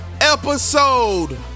Episode